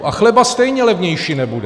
A chleba stejně levnější nebude.